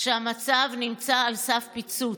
שהמצב נמצא על סף פיצוץ.